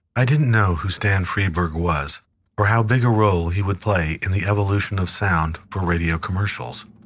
i didn't know who stan freberg was or how big a role he would play in the evolution of sound for radio commercials.